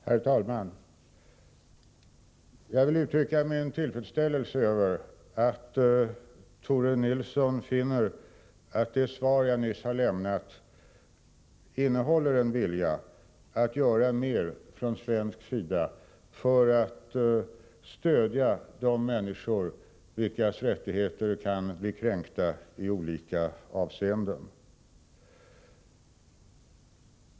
Herr talman! Jag vill uttrycka min tillfredsställelse över att Tore Nilsson finner att det svar som jag nyss har lämnat visar en vilja att från svensk sida göra mer för att stödja de människor vilkas rättigheter kan bli kränkta i olika avseenden.